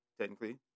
technically